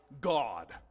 God